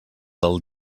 del